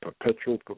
Perpetual